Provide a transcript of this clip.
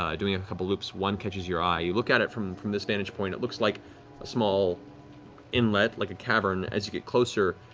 um doing a couple loops, one catches your eye. you look at it from from this vantage point. it looks like a small inlet, like a cavern. as you get closer,